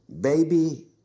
Baby